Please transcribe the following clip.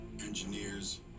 engineers